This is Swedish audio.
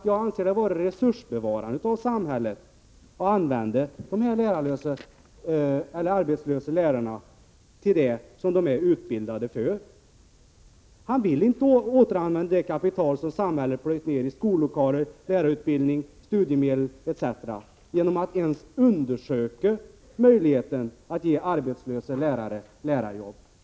Jag anser det vara resursbevarande av samhället att använda de arbetslösa lärarna till det som de är utbildade för. Han vill inte återanvända det kapital som samhället plöjt ner i skollokaler, lärarutbildning, studiemedel etc. eller ens undersöka möjligheten att ge arbetslösa lärare lärarjobb.